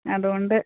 അതുകൊണ്ട്